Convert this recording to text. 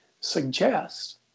suggest